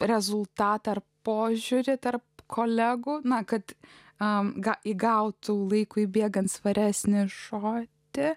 rezultatą požiūrį tarp kolegų na kad a gali įgauti laikui bėgant svaresnė šokate